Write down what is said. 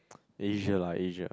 Asia lah Asia